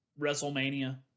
WrestleMania